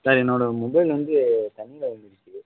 sir என்னோட mobile வந்து தண்ணியில் விழுந்திருச்சு